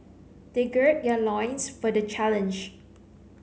they gird their loins for the challenge